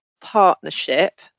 partnership